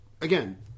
again